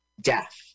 death